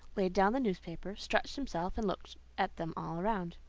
laid down the newspaper, stretched himself and looked at them all around.